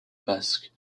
basque